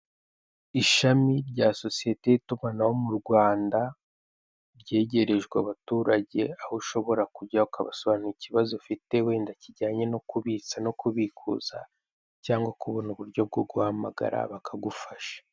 Ishami rya sosiyete y'itumanaho mu Rwanda, ryegerejwe abaturage, aho ushobora kujya ukabasobanurira ikibazo ufite, wenda kijyanye no kubitsa no kubikuza cyangwa kubona uburyo bwo guhamagara bakagufasha.